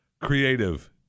Creative